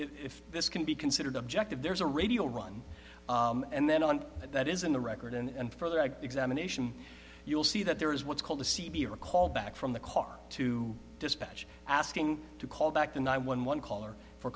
if this can be considered objective there's a radio run and then on that isn't the record and for that examination you'll see that there is what's called a c b recall back from the car to dispatch asking to call back the nine one one caller for